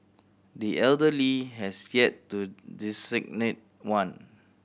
the elder Lee has yet to designate one